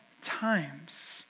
times